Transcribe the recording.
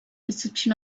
reception